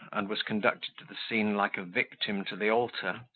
and was conducted to the scene like a victim to the altar,